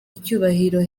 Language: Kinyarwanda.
icyubahiro